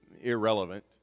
irrelevant